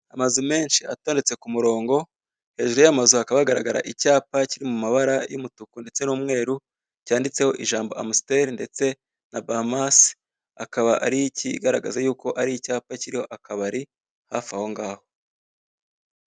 Amazu menshi atondetse ku murongo, hejuru y'ayo mazu hakaba hagaragara icyapa kiri mu mabara y'umutuku ndetse n'umweru, cyanditseho ijambo Amaster ndetse na Bahamas, akaba ari ikigaragaza yuko ari icyapa kiriho akabari hafi aho ngaho.